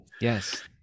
yes